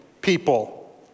people